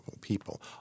People